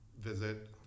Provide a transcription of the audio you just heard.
visit